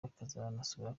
akagera